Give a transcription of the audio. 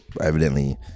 evidently